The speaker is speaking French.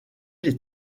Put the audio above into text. les